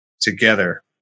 Together